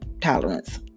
tolerance